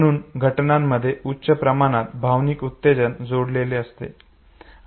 म्हणूनच घटनांमध्ये उच्च प्रमाणात भावनिक उत्तेजन जोडलेले असते